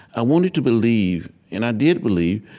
i wanted to believe, and i did believe,